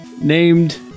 named